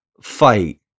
fight